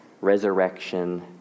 resurrection